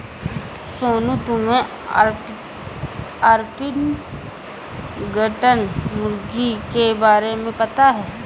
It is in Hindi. सोनू, तुम्हे ऑर्पिंगटन मुर्गी के बारे में पता है?